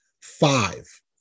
Five